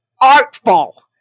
artful